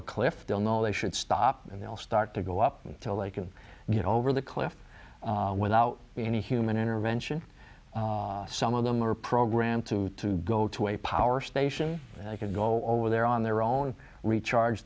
a cliff they'll know they should stop and they'll start to go up until they can get over the cliff without any human intervention some of them are programmed to to go to a power station i could go over there on their own recharge